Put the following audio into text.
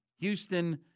Houston –